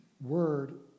word